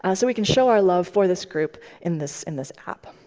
ah so we can show our love for this group in this in this app.